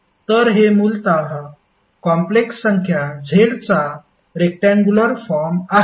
तर हे मूलतः कॉम्प्लेक्स संख्या z चा रेक्टयांगूलर फॉर्म आहे